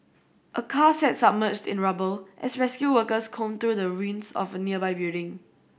a car sat submerged in rubble as rescue workers combed through the ruins of a nearby building